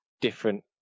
different